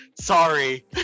sorry